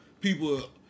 people